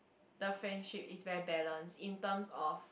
the friendship is well balanced in terms of